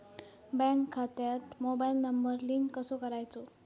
Bank खात्यात mobile number link कसो करायचो?